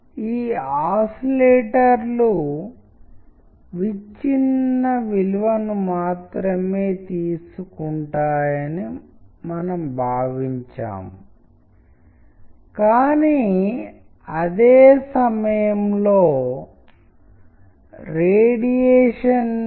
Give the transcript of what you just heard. కానీ నేను ప్రస్తుతం మాట్లాడుతున్న దాని గురించి ప్రెజెంటేషన్లకు మాత్రమే వర్తించదు అవి వెబ్ పేజీలకు కూడా వర్తిస్తాయి అవి ప్రకటనలకు వర్తించవచ్చు దృశ్య సంస్కృతిలో మనం కనుగొనే అనేక రకాల అంశాలకు అవి వర్తిస్తాయి మరియు అందుకే మనము వాటిని మరింత వివరంగా చర్చించబోతున్నాము